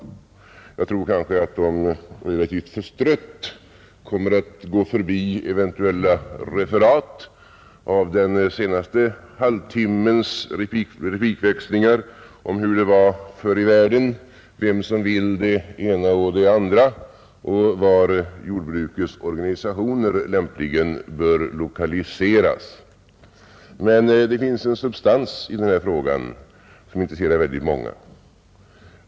Jag tror emellertid att de förstrött kommer att gå förbi eventuella referat av den senaste halvtimmens replikväxling om hur det var förr i världen, om vem som vill det ena och det andra och om var jordbrukets organisationer lämpligen bör lokaliseras. Men det finns en substans i denna fråga som intresserar väldigt många.